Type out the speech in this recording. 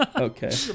Okay